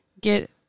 get